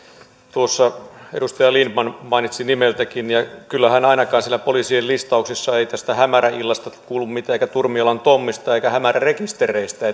tuossa edustaja lindtman mainitsi nimeltäkin ainakaan siellä poliisien listauksissa ei tästä hämäräillasta kuulu mitään eikä turmiolan tommista eikä hämärärekistereistä